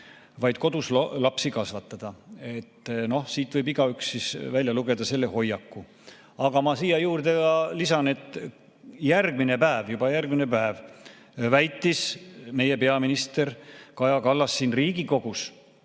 vaid kodus lapsi kasvatada. Siit võib igaüks välja lugeda selle hoiaku. Aga ma lisan siia juurde, et järgmine päev – juba järgmine päev – väitis meie peaminister Kaja Kallas siin Riigikogus